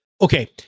okay